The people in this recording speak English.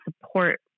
support